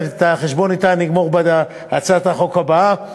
את החשבון אתה אני אגמור בהצעת החוק הבאה,